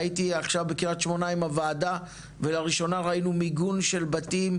והייתי עכשיו בקרית שמונה עם הוועדה ולראשונה ראינו מיגון של בתים,